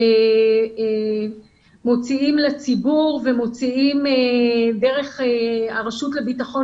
מוציאים לציבור ומוציאים דרך הרשות לביטחון